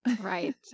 Right